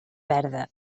verda